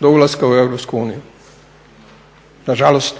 do ulaska u EU, nažalost.